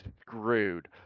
screwed